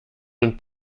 und